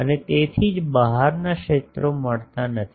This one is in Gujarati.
અને તેથી જ બહારના ક્ષેત્રો મળતા નથી